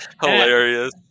hilarious